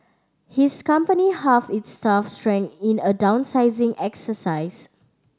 his company halved its staff strength in a downsizing exercise